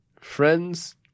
Friends